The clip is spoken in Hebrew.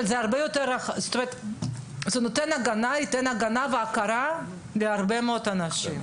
זאת אומרת, זה ייתן הגנה והכרה בהרבה מאוד אנשים.